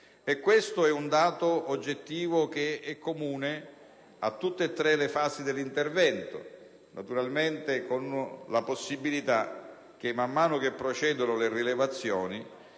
Questo è un dato oggettivo comune a tutte e tre le fasi dell'intervento. Naturalmente vi è la possibilità che, man mano che procedono le rilevazioni,